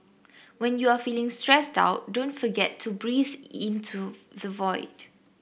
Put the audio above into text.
when you are feeling stressed out don't forget to breathe into the void